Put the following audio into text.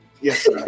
Yes